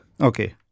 Okay